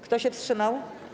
Kto się wstrzymał?